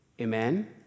Amen